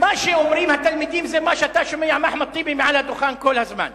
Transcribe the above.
ומה שאומרים התלמידים זה מה שאתה שומע מאחמד טיבי מעל הדוכן כל הזמן: